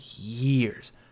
years